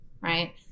right